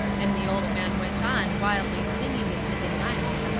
and the old man went on wildly singing into the night.